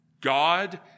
God